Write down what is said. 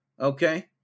okay